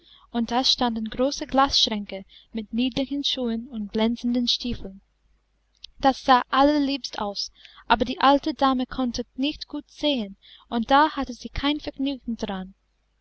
und da standen große glasschränke mit niedlichen schuhen und glänzenden stiefeln das sah allerliebst aus aber die alte dame konnte nicht gut sehen und da hatte sie kein vergnügen daran